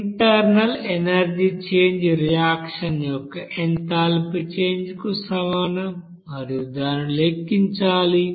internal energy change reaction యొక్క enthalpy change కు సమానం మరియు దానిని లెక్కించాలి